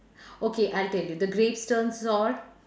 okay I'll tell you the grapes turn sour